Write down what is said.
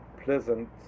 pleasant